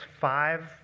five